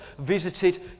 visited